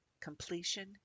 Completion